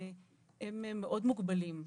הם מאוד מוגבלים.